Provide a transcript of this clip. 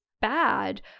bad